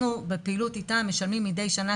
בפעילות איתם אנחנו משלמים מדי שנה